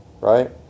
right